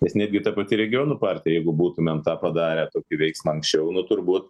nes netgi ta pati regionų partija jeigu būtumėm tą padarę tokį veiksmą anksčiau nu turbūt